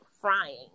frying